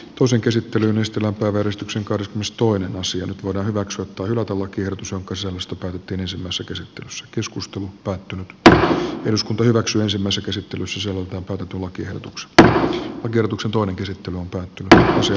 toisen käsittelyn estellä porrastuksen kaudet myös toinen nyt voidaan hyväksyä turvautua kellutus on kosovosta tarkenisimmassa käsittelyssä keskustelutta että eduskunta hyväksyy samassa käsittelyssä tai hylätä lakiehdotukset kierroksen toinen käsittelee tänään se